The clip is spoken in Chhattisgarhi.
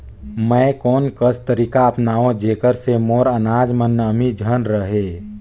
मैं कोन कस तरीका अपनाओं जेकर से मोर अनाज म नमी झन रहे?